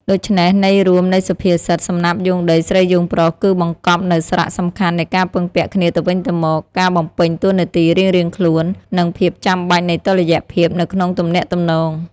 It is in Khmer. ដូច្នេះ ន័យរួមនៃសុភាសិត សំណាបយោងដី ស្រីយោងប្រុស គឺបង្កប់នូវសារៈសំខាន់នៃការពឹងពាក់គ្នាទៅវិញទៅមក ការបំពេញតួនាទីរៀងៗខ្លួន និងភាពចាំបាច់នៃតុល្យភាពនៅក្នុងទំនាក់ទំនង។